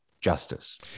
justice